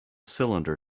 cylinder